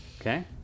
Okay